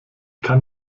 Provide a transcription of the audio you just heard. kann